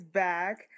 back